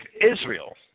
Israel